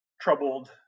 troubled